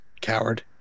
Coward